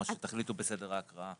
מה שתחליטו בסדר ההקראה.